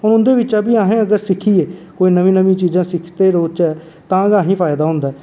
हून उंदे बिच्चा बी असें सिक्खियै कोई नमीं नमीं चीज़ां सिखदे रौहचै तां गै असेंगी फायदा होंदा ऐ